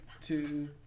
two